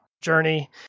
journey